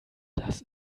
das